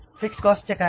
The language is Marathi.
फिक्स्ड कॉस्टचे काय